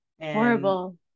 horrible